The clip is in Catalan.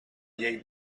llei